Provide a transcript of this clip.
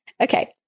Okay